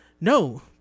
no